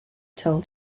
told